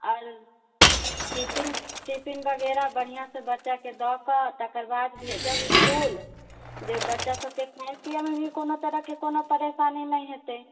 और tiffin tiffin वगैरह बढियासऽ बच्चाके दऽ कऽ तकर बाद भेजब इस्कूल जे बच्चा सबके खाइ पिअमे भी कोनो तरहके कोनो परेशानी नै हेतै